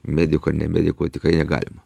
mediko ar ne mediko tikrai negalima